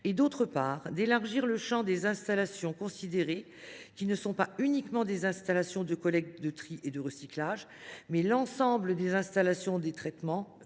et, d’autre part, d’élargir le champ des installations considérées, qui ne sont pas uniquement les installations de collecte, de tri et de recyclage, mais l’ensemble des installations de traitement